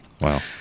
Wow